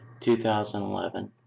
2011